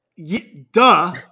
Duh